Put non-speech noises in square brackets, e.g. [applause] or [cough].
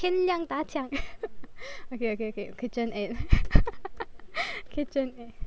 天亮大枪 [laughs] okay okay okay KitchenAid [laughs] KitchenAid